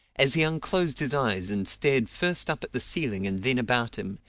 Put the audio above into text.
as he unclosed his eyes and stared first up at the ceiling and then about him,